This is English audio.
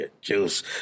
juice